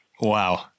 Wow